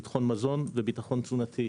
ביטחון מזון וביטחון תזונתי,